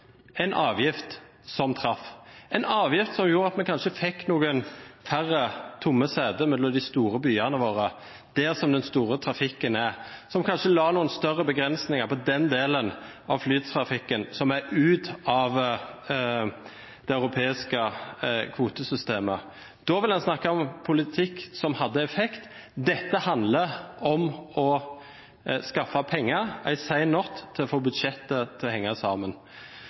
avgift som traff, en avgift som gjorde at vi kanskje fikk noen færre tomme seter mellom de store byene våre der den store trafikken er, som kanskje la noen større begrensninger på den delen av flytrafikken som er ute av det europeiske kvotesystemet. Da ville en snakke om politikk som hadde effekt. Dette handler om å skaffe penger en sen natt for å få budsjettet til å henge sammen.